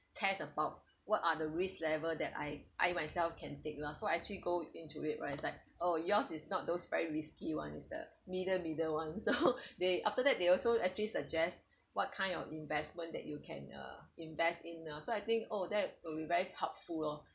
test about what are the risks level that I I myself can take lah so I actually go into it where it's like oh yours is not those very risky ones is the middle middle one so they after that they also actually suggest what kind of investment that you can uh invest in loh so I think oh that will be very helpful lor